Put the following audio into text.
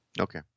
Okay